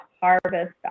harvest